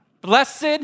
Blessed